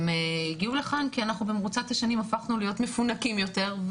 הם הגיעו לכאן כי אנחנו במרוצת השנים הפכנו להיות מפונקים יותר,